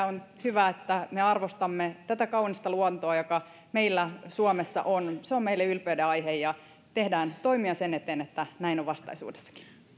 on hyvä että me arvostamme tätä kaunista luontoa joka meillä suomessa on se on meille ylpeydenaihe ja tehdään toimia sen eteen että näin on vastaisuudessakin